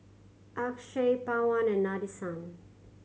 Akshay Pawan and Nadesan